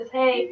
hey